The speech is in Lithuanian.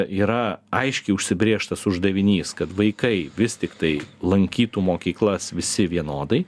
yra aiškiai užsibrėžtas uždavinys kad vaikai vis tiktai lankytų mokyklas visi vienodai